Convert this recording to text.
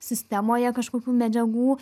sistemoje kažkokių medžiagų